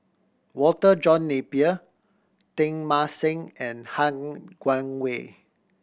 Walter John Napier Teng Mah Seng and Han Guangwei